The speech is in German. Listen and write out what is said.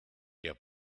der